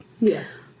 Yes